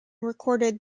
recorded